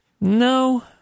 No